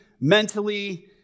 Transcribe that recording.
mentally